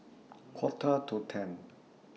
Quarter to ten